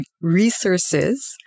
resources